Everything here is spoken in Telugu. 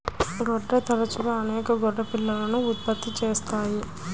గొర్రెలు తరచుగా అనేక గొర్రె పిల్లలను ఉత్పత్తి చేస్తాయి